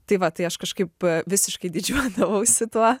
tai va tai aš kažkaip visiškai didžiuodavausi tuo